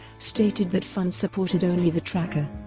stated that funds supported only the tracker,